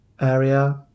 area